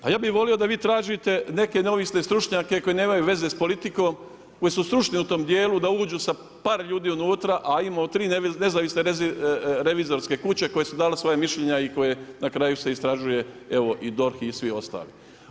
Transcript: Pa ja bi volio da vi tražite neke neovisne stručnjake, koji nemaju veze s politikom, koji su stručni u tom dijelu, da uđu sa par ljudi unutra, a imamo 3 nezavisne revizorske kuće koje su dale svoja mišljenja i koje na kraju se istražuje i DORH i svi ostali.